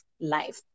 life